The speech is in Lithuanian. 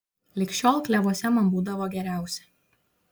lig šiol klevuose man būdavo geriausia